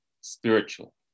spiritual